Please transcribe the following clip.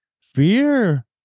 fear